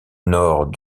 nord